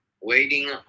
waiting